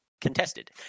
contested